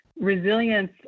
resilience